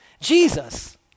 Jesus